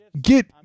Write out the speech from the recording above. get